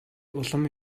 улам